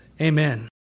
amen